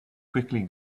quickly